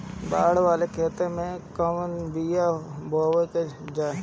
बाड़ वाले खेते मे कवन बिया बोआल जा?